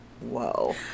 whoa